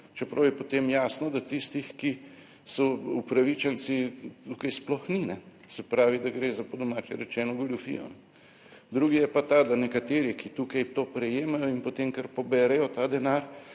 čeprav je potem jasno, da tistih, ki so upravičenci tukaj sploh ni. Se pravi, da gre za, po domače rečeno, goljufijo. Drugi je pa ta, da nekateri, ki tukaj to prejemajo in potem kar poberejo ta denar